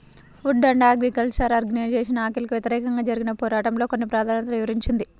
food and agriculture organisation ఆకలికి వ్యతిరేకంగా జరిగిన పోరాటంలో కొన్ని ప్రాధాన్యతలను వివరించింది